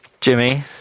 Jimmy